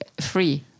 free